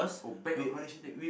oh bag of correction tape